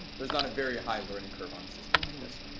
there's not a very high learning curve on a system like this.